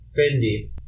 Fendi